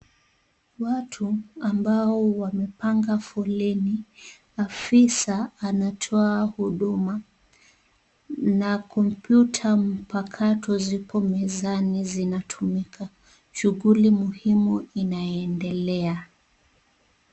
Watu ambao wamepanga foleni, afisa anatoa huduma, na komputa mkakati zipo mezani zinatumika. Shughuli muhimu inaendelea.